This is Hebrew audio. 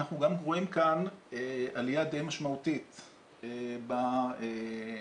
אנחנו גם רואים כאן עלייה די משמעותית או אפילו